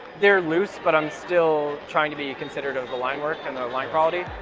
they're loose, but i'm still trying to be considerate of the line work and the line quality.